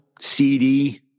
CD